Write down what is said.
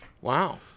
Wow